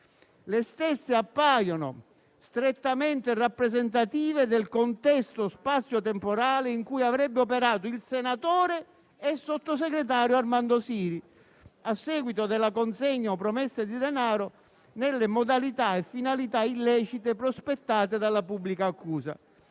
Le stesse appaiono strettamente rappresentative del contesto spazio-temporale in cui avrebbe operato il senatore e sottosegretario Armando Siri, a seguito della consegna o promessa di denaro nelle modalità e finalità illecite prospettate dalla pubblica accusa».